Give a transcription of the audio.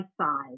side